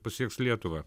pasieks lietuvą